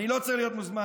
אני לא צריך להיות מוזמן.